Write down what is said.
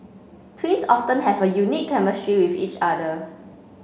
twins often have a unique chemistry with each other